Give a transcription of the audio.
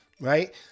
right